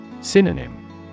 Synonym